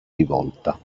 rivolta